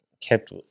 kept